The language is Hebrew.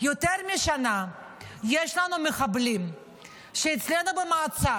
יותר משנה יש לנו מחבלים שאצלנו במעצר.